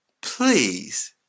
please